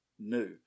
New